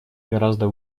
гораздо